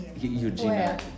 Eugenia